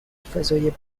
فضای